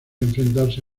enfrentarse